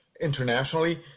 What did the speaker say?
internationally